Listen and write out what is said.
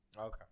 Okay